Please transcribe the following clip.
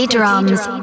drums